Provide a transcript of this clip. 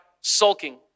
sulking